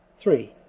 three.